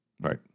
Right